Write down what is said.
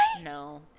No